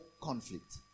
conflict